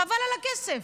חבל על הכסף.